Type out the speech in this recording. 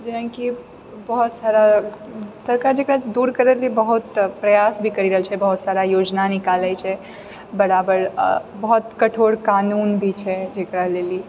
जेनाकि बहुत सारा सरकार जेकरा दूर करै लिए बहुत प्रयास भी करि रहल छै बहुत सारा योजना निकालै छै बराबर आ बहुत कठोर कानून भी छै जेकरा लेल ई